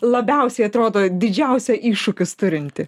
labiausiai atrodo didžiausia iššūkius turinti